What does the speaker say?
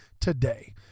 today